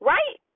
Right